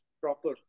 proper